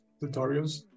tutorials